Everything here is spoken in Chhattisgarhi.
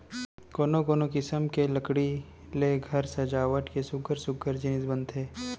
कोनो कोनो किसम के लकड़ी ले घर सजावट के सुग्घर सुग्घर जिनिस बनथे